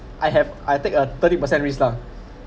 I have I take a thirty percent risk lah